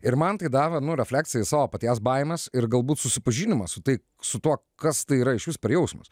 ir man tai davė nu refleksiją į savo paties baimes ir galbūt susipažinimą su tai su tuo kas tai yra išvis per jausmas